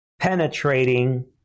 penetrating